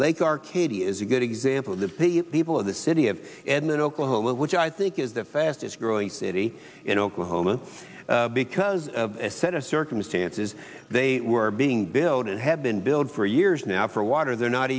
lake arcadia is a good example that the people of the city of and then oklahoma which i think is the fastest growing city in oklahoma because of a set of circumstances they were being built it had been built for years now for water